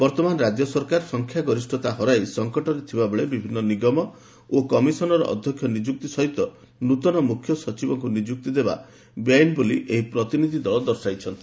ବର୍ତ୍ତମାନ ରାଜ୍ୟ ସରକାର ସଂଖ୍ୟାଗରିଷ୍ଠତା ହରାଇ ସଂକଟରେ ଥିବାବେଳେ ବିଭିନ୍ନ ନିଗମ ଓ କମିଶନର ଅଧ୍ୟକ୍ଷ ନିଯୁକ୍ତି ସହିତ ନୂତନ ମୁଖ୍ୟସଚିବଙ୍କୁ ନିଯୁକ୍ତି ଦେବା ବେଆଇନ ବୋଲି ଏହି ପ୍ରତିନିଧି ଦଳ ଦର୍ଶାଇଛନ୍ତି